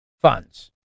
funds